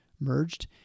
merged